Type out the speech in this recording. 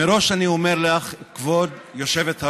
מראש אני אומר לך, כבוד היושבת-ראש,